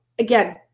Again